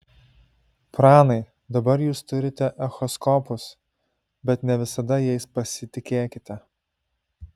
pranai dabar jūs turite echoskopus bet ne visada jais pasitikėkite